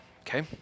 okay